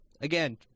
Again